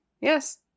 Yes